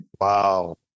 Wow